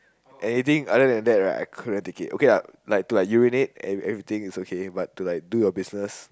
anything other than that right I couldn't take okay lah like to urinate and everything it's okay but to like do your business